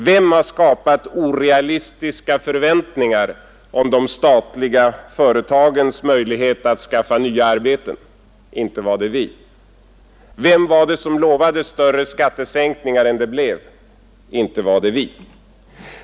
Vem har skapat orealistiska förväntningar om de statliga företagens möjlighet att skaffa nya arbeten? Inte är det vi. Vem var det som lovade större skattesänkningar än det blev? Inte var det vi.